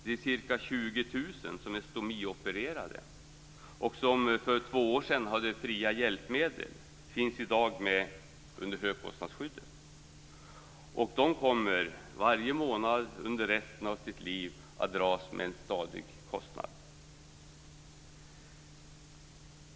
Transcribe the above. De ca 20 000 stomiopererade som för två år sedan hade fria hjälpmedel tillämpar i dag högkostnadsskyddet. De kommer under resten av sina liv att få dras med en stadig månadskostnad.